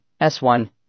S1